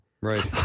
right